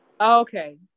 Okay